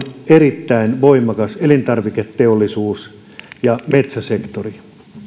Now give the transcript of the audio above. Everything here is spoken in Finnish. erittäin voimakas elintarviketeollisuus ja metsäsektori